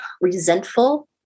resentful